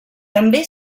també